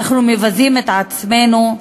אנחנו מבזים את עצמנו,